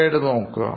slide നോക്കുക